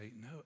No